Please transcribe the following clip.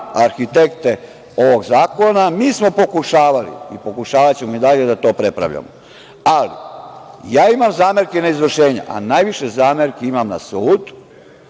arhitekte ovog zakona. Mi smo pokušavali i pokušavaćemo i dalje da to prepravljamo. Ali, ja imam zamerke na izvršenja, a najviše zamerki imam na sud,